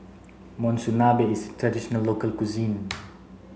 Monsunabe is a traditional local cuisine